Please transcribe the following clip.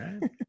right